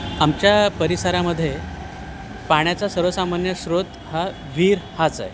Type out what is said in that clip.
आमच्या परिसरामध्ये पाण्याचा सर्वसामान्य स्रोत हा विहीर हाच आहे